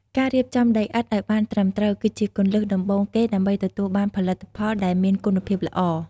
ការរៀបចំដីឥដ្ឋឲ្យបានត្រឹមត្រូវគឺជាគន្លឹះដំបូងគេដើម្បីទទួលបានផលិតផលដែលមានគុណភាពល្អ។